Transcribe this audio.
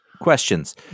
Questions